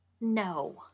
No